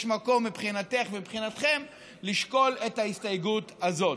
מקום מבחינתך ומבחינתכם לשקול את ההסתייגות הזאת.